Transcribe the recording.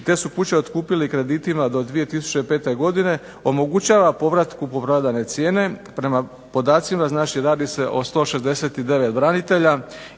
te su kuće otkupili kreditima do 2005. godine, omogućava povrat kupoprodajne cijene, prema podacima znači radi se o 169 branitelja